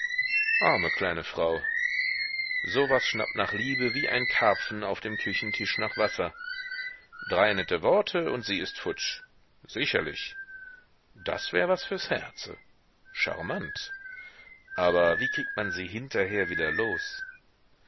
arme kleine frau so was schnappt nach liebe wie ein karpfen auf dem küchentisch nach wasser drei nette worte und sie ist futsch sicherlich das wär was fürs herze scharmant aber wie kriegt man sie hinterher wieder los